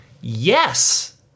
yes